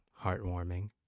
heartwarming